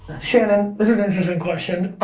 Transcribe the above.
shannon, this is an interesting question.